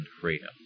freedom